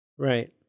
Right